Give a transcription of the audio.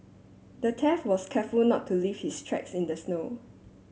the thief was careful not to leave his tracks in the snow